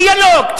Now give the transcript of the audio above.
דיאלוג.